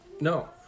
No